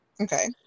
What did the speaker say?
Okay